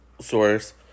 source